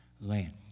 land